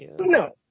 No